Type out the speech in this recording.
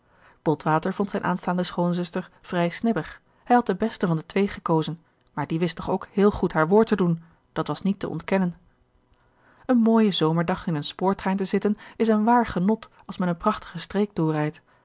botwater vond zijn aanstaande schoonzuster vrij snibbig hij had de beste van de twee gekozen maar die wist toch ook heel goed haar woord te doen dat was niet te ontkennen een mooien zomerdag in een spoortrein te zitten is een waar genot als men eene prachtige streek doorrijdt